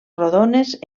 rodones